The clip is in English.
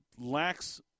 lacks